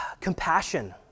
compassion